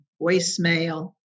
voicemail